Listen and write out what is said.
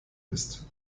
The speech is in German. ist